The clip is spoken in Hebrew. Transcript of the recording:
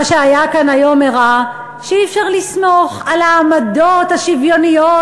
מה שהיה כאן היום הראה שאי-אפשר לסמוך על העמדות השוויוניות,